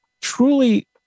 truly